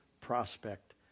prospect